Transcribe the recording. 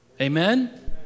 Amen